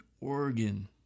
Oregon